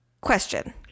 question